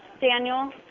Daniel